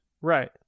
Right